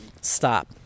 Stop